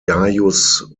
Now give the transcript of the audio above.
gaius